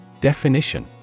Definition